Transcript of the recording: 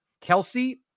Kelsey